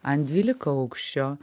ant dvylikaaukščio